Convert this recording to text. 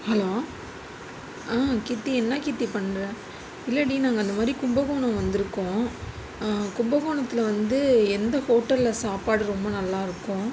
hello Keerthi என்ன கீர்த்தி பண்ணுற இல்லைடி நாங்கள் இந்த மாதிரி கும்பகோணம் வந்துருக்கோம் கும்பகோணத்தில் வந்து எந்த ஹோட்டலில் சாப்பாடு ரொம்ப நல்லாருக்கும்